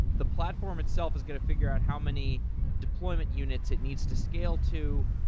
the platform itself is going to figure out how many deployment units it needs to scale to.